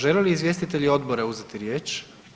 Žele li izvjestitelji odbora uzeti riječ?